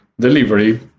delivery